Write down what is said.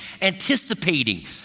anticipating